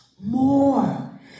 more